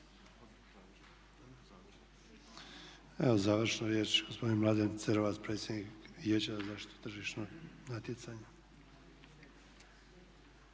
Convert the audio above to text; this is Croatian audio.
Završnu riječ, gospodin Mladen Cerovac, predsjednik Vijeća za zaštitu tržišnog natjecanja.